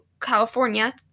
California